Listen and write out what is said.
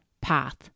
path